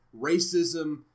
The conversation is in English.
racism-